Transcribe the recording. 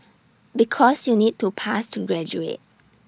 because you need to pass to graduate